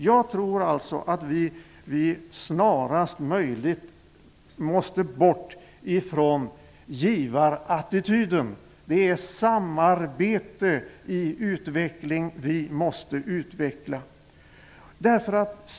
Jag tror alltså att vi snarast möjligt måste komma bort från givarattityden. Det är samarbete i utveckling som vi måste främja.